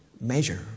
measure